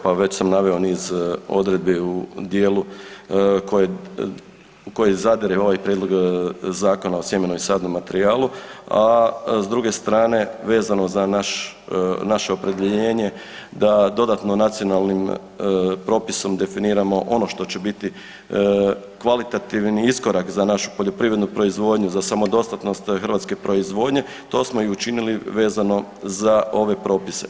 Evo, pa već sam naveo niz odredbi u dijelu koje, koji zadire u ovaj prijedlog Zakona o sjemenu i sadnom materijalu, a s druge strane vezano za naš, naše opredjeljenje da dodatno nacionalnim propisom definiramo ono što će biti kvalitativni iskorak za našu poljoprivrednu proizvodnju, za samodostatnost hrvatske proizvodnje to smo i učinili vezano za ove propise.